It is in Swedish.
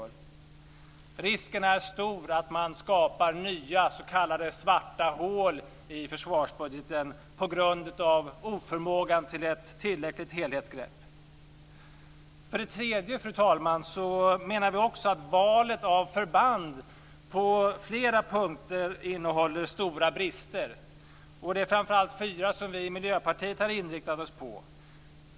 Risken är stor att man skapar nya s.k. svarta hål i försvarsbudgeten på grund av oförmågan att ta ett tillräckligt helhetsgrepp. För det tredje, fru talman, menar vi också att valet av förband på flera punkter innehåller stora brister. Det är framför allt fyra förband som vi Miljöpartiet har inriktat på oss.